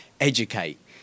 educate